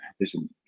listen